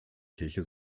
kirche